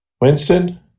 Winston